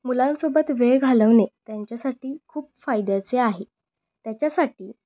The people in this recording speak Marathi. मुलांसोबत वेळ घालवणे त्यांच्यासाठी खूप फायद्याचे आहे त्याच्यासाठी